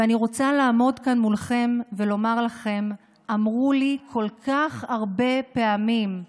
ואני רוצה לעמוד כאן מולכם ולומר לכם: אמרו לי כל כך הרבה פעמים: